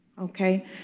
okay